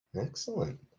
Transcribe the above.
Excellent